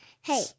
Hey